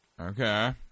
Okay